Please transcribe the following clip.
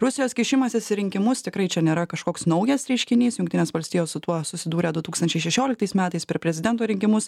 rusijos kišimasis į rinkimus tikrai čia nėra kažkoks naujas reiškinys jungtinės valstijos su tuo susidūrė du tūkstančiai šešioliktais metais per prezidento rinkimus